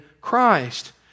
Christ